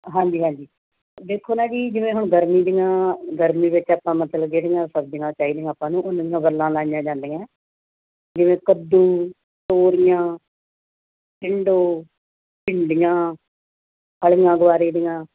ਹਾਂਜੀ ਹਾਂਜੀ ਦੇਖੋ ਨਾ ਜੀ ਜਿਵੇਂ ਹੁਣ ਗਰਮੀ ਦੀਆਂ ਗਰਮੀ ਵਿੱਚ ਆਪਾਂ ਮਤਲਬ ਜਿਹੜੀਆਂ ਸਬਜ਼ੀਆਂ ਚਾਹੀਦੀਆਂ ਆਪਾਂ ਨੂੰ ਉਹਨਾਂ ਦੀਆਂ ਵੱਲਾਂ ਲਾਈਆਂ ਜਾਂਦੀਆਂ ਜਿਵੇਂ ਕੱਦੂ ਤੋਰੀਆਂ ਟਿੰਡੋ ਭਿੰਡੀਆਂ ਫਲੀਆਂ ਗੁਆਰੇ ਦੀਆਂ